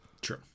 True